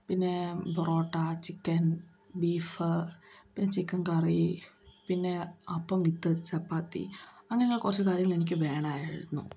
പിന്നെ porotta chicken beef പിന്നെ chicken curry പിന്നെ അപ്പം വിത്ത് ചപ്പാത്തി അങ്ങനെയുള്ള കുറച്ച് കാര്യങ്ങൾ എനിക്ക് വേണമായിരുന്നു